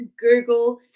Google